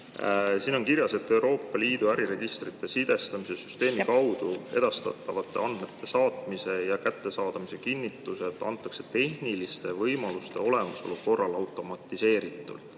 4 on kirjas: "Euroopa Liidu äriregistrite sidestamise süsteemi kaudu edastatavate andmete saatmise ja kättesaamise kinnitused antakse tehniliste võimaluste olemasolu korral automatiseeritult."